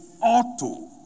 auto